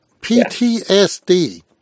PTSD